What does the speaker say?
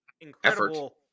incredible